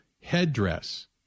headdress